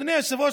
אדוני היושב-ראש,